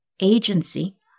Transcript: agency